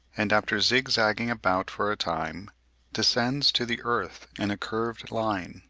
and after zig-zagging about for a time descends to the earth in a curved line,